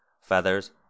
feathers